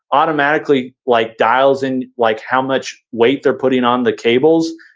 automatically like dials in like how much weight they're putting on the cables,